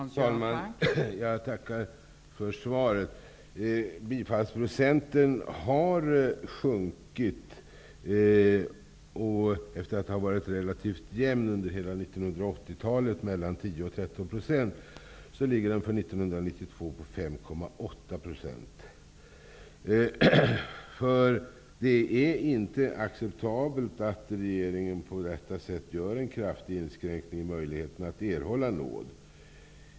Fru talman! Jag tackar för svaret. Bifallsprocenten till nådeansökan har sjunkit. Efter att ha varit relativt jämn under hela 1980-talet, mellan 10 % och 13 %, ligger den för 1992 på 5,8 %. Det är inte acceptabelt att regeringen på detta sätt gör en kraftig inskränkning av möjligheten att erhålla nåd.